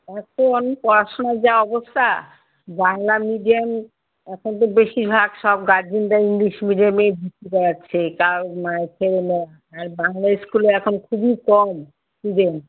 এত্ত আমি পড়াশুনার যা অবস্থা বাংলা মিডিয়াম এখন তো বেশির ভাগ সব গার্জিয়ানরাই ইংলিশ মিডিয়ামেই ভর্তি করাচ্ছে কারণ মানে ছেলে মেয়েরা আর বাংলা স্কুলে এখন খুবই কম স্টুডেন্ট